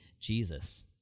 Jesus